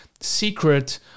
secret